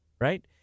right